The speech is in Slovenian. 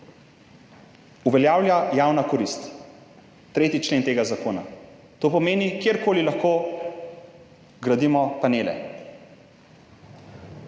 uveljavlja javna korist, 3. člen tega zakona. To pomeni, kjerkoli lahko gradimo panele.